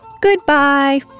goodbye